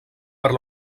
per